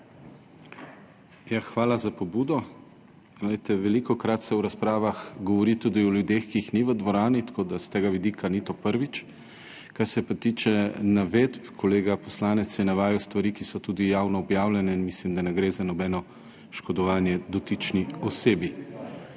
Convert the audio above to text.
hvala za pobudo. Glejte, velikokrat se v razpravah govori tudi o ljudeh, ki jih ni v dvorani, tako da s tega vidika ni to prvič. Kar se pa tiče navedb, kolega poslanec je navajal stvari, ki so tudi javno objavljene, in mislim, da ne gre za nobeno škodovanje dotični osebi.